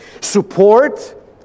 Support